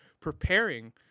preparing